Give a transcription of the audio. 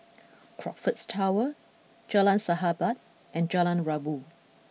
Crockfords Tower Jalan Sahabat and Jalan Rabu